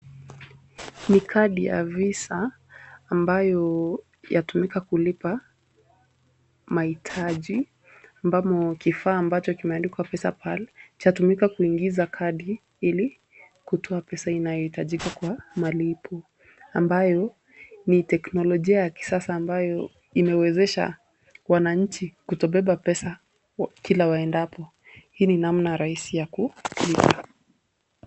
Ni kadi ya Visa ambayo yatumika kulipa mahitaji ambamo kifaa ambacho kimeandikwa PesaPal chatumika kuingiza kadi ili kutoa pesa inayohitajika kwa malipo. Ambayo ni teknolojia ya kisasa ambayo imewezesha wananchi kutobeba pesa kila waendapo. Hii ni namna rahisi ya kulipa.